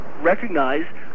recognize